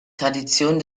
tradition